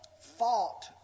fought